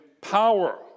power